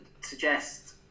suggest